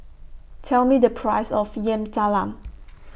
Tell Me The Price of Yam Talam